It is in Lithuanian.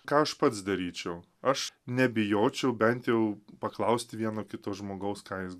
ką aš pats daryčiau aš nebijočiau bent jau paklausti vieno kito žmogaus ką jis